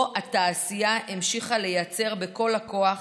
פה התעשייה המשיכה לייצר בכל הכוח,